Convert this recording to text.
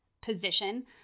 position